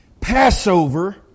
Passover